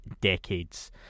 decades